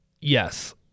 Yes